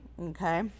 Okay